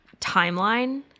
timeline